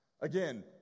Again